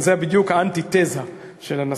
זה בדיוק האנטיתזה של הנשיא,